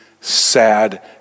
sad